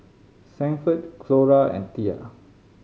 Sanford Clora and Thea